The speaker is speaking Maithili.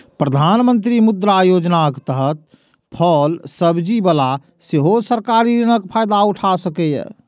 प्रधानमंत्री मुद्रा योजनाक तहत फल सब्जी बला सेहो सरकारी ऋणक फायदा उठा सकैए